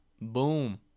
Boom